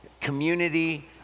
community